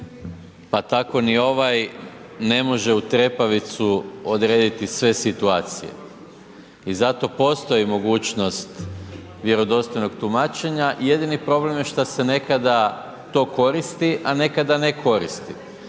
pa tako ni ovaj ne može u trepavicu odrediti sve situacije. I zato postoji mogućnost vjerodostojnog tumačenja, jedini problem što se nekada to koristi, a nekada ne koristi.